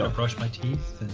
um brush my teeth.